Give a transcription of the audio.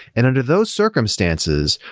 and under those circumstances,